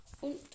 Und